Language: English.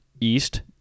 East